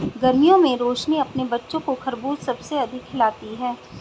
गर्मियों में रोशनी अपने बच्चों को खरबूज सबसे अधिक खिलाती हैं